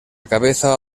cabeza